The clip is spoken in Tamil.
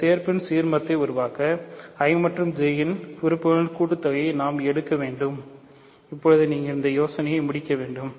இந்த சேர்ப்பின் சீர்மத்தையும் உருவாக்க I மற்றும் J இன் உறுப்புகளின் கூட்டுத் தொகைகளை நாம் எடுக்க வேண்டும் இப்போது நீங்கள் இந்த யோசனையை முடிக்க வேண்டும்